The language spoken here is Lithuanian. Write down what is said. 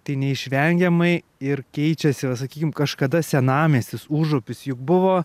tai neišvengiamai ir keičiasi va sakykim kažkada senamiestis užupis juk buvo